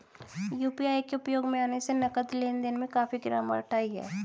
UPI के उपयोग में आने से नगद लेन देन में काफी गिरावट आई हैं